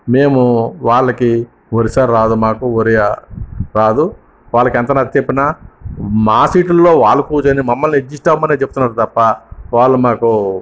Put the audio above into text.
మేము వాళ్ళకి ఒరిస్సా రాదు మాకు ఒరియా రాదు వాళ్ళకి ఎంత నచ్చ చెప్పినా మా సీట్ల్లో వాళ్ళు కూర్చుని మమ్మల్ని అడ్జస్ట్ అవ్వమనే చెప్తున్నారు తప్ప వాళ్ళు మాకు